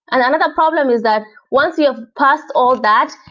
another problem is that once you've past all that,